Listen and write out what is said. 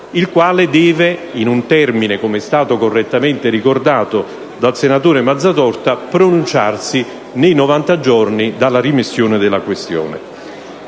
deve - entro un termine correttamente ricordato dal senatore Mazzatorta - pronunciarsi nei 90 giorni dalla remissione della questione.